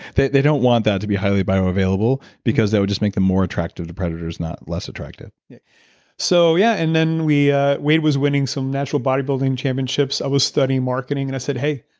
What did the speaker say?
they they don't want that to be highly bio available because that would just make them more attractive to predators not less attractive yeah. so yeah and then ah wade was winning some natural body building championships. i was studying marketing, and i said, hey,